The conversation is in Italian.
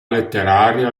letteraria